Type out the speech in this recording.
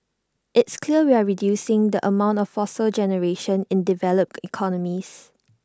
it's clear we're reducing the amount of fossil generation in developed economies